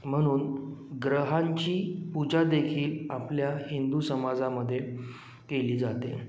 म्हणून ग्रहांची पूजा देखील आपल्या हिंदू समाजामध्ये केली जाते